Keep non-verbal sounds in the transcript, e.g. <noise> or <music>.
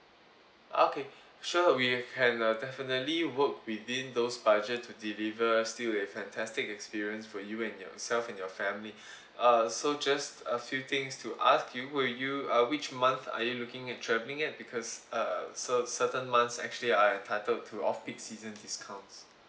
okay sure we can uh definitely work within those budget to deliver still a fantastic experience for you and yourself and your family <breath> uh so just a few things to ask you would you uh which month are you looking in travelling at because uh cer~ certain months actually are entitled to off peak season discounts